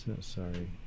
sorry